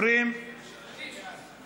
כבוד היושב-ראש, הצבעתי בעד.